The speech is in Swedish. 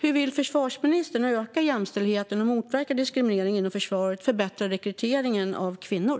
Hur vill försvarsministern öka jämställdheten, motverka diskriminering inom försvaret och förbättra rekryteringen av kvinnor?